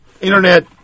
internet